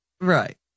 Right